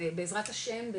בעזרת השם,